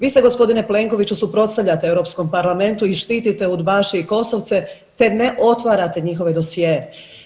Vi se gospodine Plenkoviću suprotstavljate Europskom parlamentu i štitite udbaše i kosovce, te ne otvarate njihove dosjee.